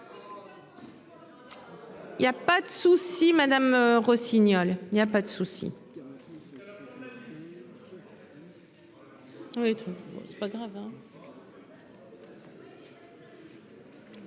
Il y a pas de souci Madame Rossignol.